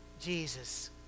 Jesus